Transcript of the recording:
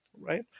right